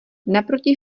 naproti